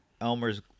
Elmer's